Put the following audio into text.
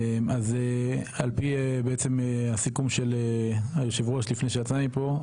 אז על פי בעצם הסיכום של היושב ראש לפני שיצא מפה,